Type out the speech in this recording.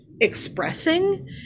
expressing